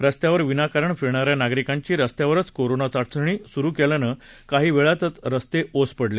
रस्त्यावर विनाकारण फिरणाऱ्या नागरिकांची रस्त्यावरच कोरोना चाचणी सुरू केल्याने काही वेळातच रस्ते ओस पडले